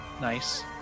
Nice